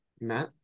matt